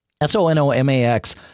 S-O-N-O-M-A-X